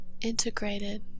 integrated